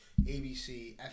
ABC